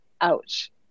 ouch